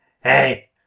Hey